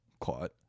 caught